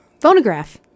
Phonograph